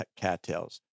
cattails